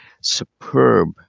Superb